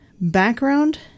background